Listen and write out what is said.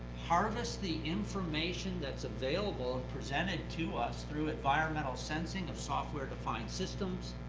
harvest the information that's available and presented to us through environmental sensing of software defined systems,